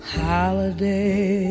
holiday